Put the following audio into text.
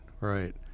right